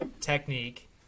technique